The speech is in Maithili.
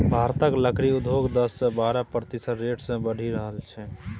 भारतक लकड़ी उद्योग दस सँ बारह प्रतिशत रेट सँ बढ़ि रहल छै